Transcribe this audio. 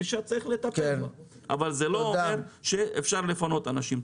אבל זה לא אומר שאפשר לפנות אנשים,